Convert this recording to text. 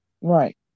Right